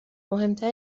مهمتر